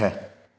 अठ